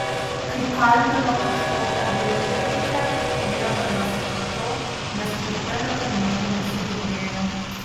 kai kalbino kažkokią dainininkę nieko nesupratau nes per teliką nieko nesigirdėjo